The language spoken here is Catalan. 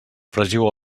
fregiu